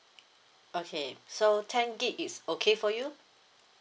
okay so ten gig is okay for you